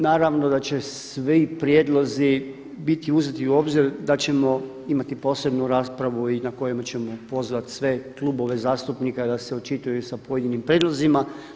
Naravno da će svi prijedlozi biti uzeti u obzir, da ćemo imati posebnu raspravu i na koju ćemo pozvati sve klubove zastupnika da se očitaju sa pojedinim prijedlozima.